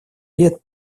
лет